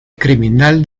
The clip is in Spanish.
criminal